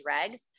regs